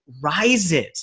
rises